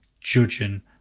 judging